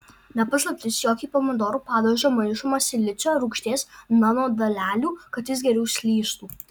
ne paslaptis jog į pomidorų padažą maišoma silicio rūgšties nanodalelių kad jis geriau slystų